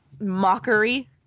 mockery